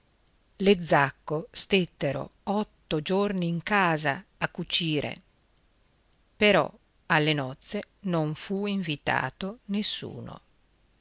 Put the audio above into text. le zacco stettero otto giorni in casa a cucire però alle nozze non fu invitato nessuno